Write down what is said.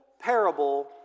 parable